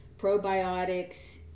probiotics